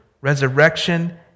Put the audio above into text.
resurrection